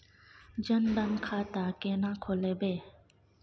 जनधन खाता केना खोलेबे?